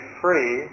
free